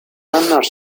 are